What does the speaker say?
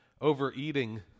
overeating